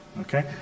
Okay